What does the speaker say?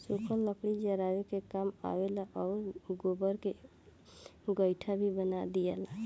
सुखल लकड़ी जरावे के काम आवेला आउर गोबर के गइठा भी बना दियाला